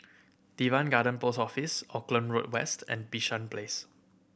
Teban Garden Post Office Auckland Road West and Bishan Place